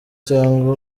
cyangwa